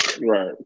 Right